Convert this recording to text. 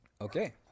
okay